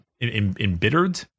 embittered